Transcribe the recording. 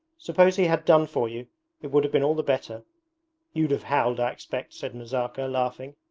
suppose he had done for you it would have been all the better you'd have howled, i expect said nazarka, laughing.